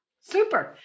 Super